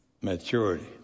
maturity